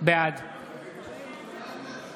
בעד